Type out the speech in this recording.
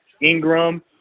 Ingram